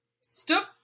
Stop